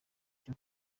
cyo